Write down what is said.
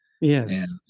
yes